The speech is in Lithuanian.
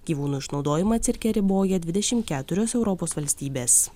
gyvūnų išnaudojimą cirke riboja dvidešim keturios europos valstybės